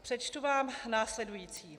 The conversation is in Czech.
Přečtu vám následující: